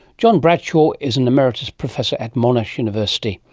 john bradshaw is an emeritus professor at monash university.